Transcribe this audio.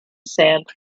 sand